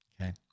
Okay